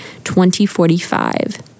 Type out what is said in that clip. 2045